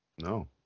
No